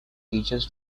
teachers